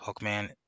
Hookman